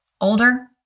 older